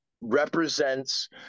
represents